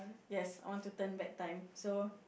yes I want to turn back time so